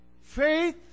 faith